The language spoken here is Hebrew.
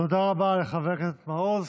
תודה רבה לחבר הכנסת מעוז.